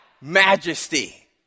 majesty